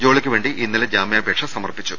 ജോളിക്ക് വേണ്ടി ഇന്നലെ ജാമ്യപേക്ഷ സമർപ്പിച്ചു